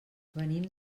venim